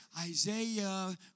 Isaiah